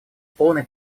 полной